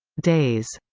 days.